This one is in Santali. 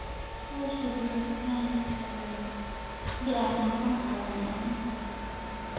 ᱟᱨ ᱥᱤᱫᱩᱼᱠᱟᱹᱱᱩ ᱦᱮᱸ ᱞᱟᱹᱭ ᱦᱩᱭᱱᱟ ᱟᱹᱰᱤ ᱟᱭᱢᱟ ᱞᱮᱠᱟᱱ ᱛᱷᱟᱱ ᱢᱮᱱᱟᱜᱼᱟ ᱤᱱᱟᱹ ᱠᱚᱜᱮ ᱟᱨᱠᱤ